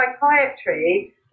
psychiatry